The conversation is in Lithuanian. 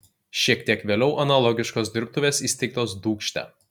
šiek tiek vėliau analogiškos dirbtuvės įsteigtos dūkšte